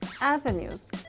avenues